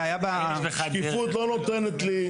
הבעיה --- שקיפות לא נותנת לי,